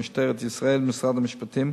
משטרת ישראל ומשרד המשפטים,